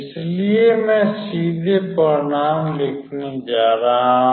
इसलिए मैं सीधे परिणाम लिखने जा रहा हूं